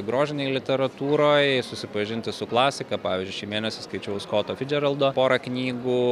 grožinėj literatūroj susipažinti su klasika pavyzdžiui šį mėnesį skaičiau skoto ficdžeraldo porą knygų